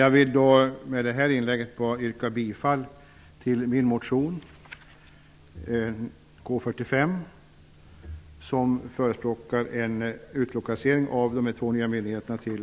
Jag vill med det här inlägget yrka bifall till min motion K45, där jag förespråkar en utlokalisering av de två nya myndigheterna till